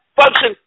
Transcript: function